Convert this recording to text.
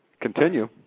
continue